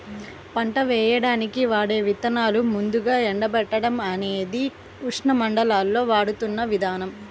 పంట వేయడానికి వాడే విత్తనాలను ముందుగా ఎండబెట్టడం అనేది ఉష్ణమండలాల్లో వాడుతున్న విధానం